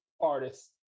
artist